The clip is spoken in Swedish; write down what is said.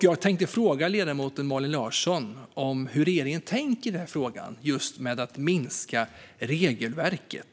Jag tänkte fråga ledamoten Malin Larsson hur regeringen tänker om att minska regelverket.